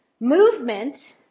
movement